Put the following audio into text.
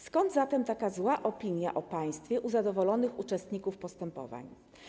Skąd zatem zła opinia o państwie u zadowolonych uczestników postępowań?